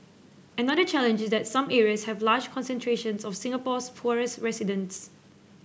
another challenge is that some areas have large concentrations of Singapore's poorest residents